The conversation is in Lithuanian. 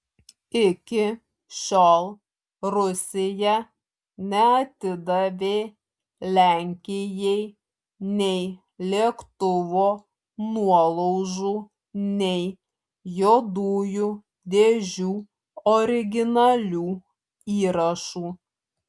iki šiol rusija neatidavė lenkijai nei lėktuvo nuolaužų nei juodųjų dėžių originalių įrašų